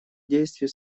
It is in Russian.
действия